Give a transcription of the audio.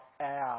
add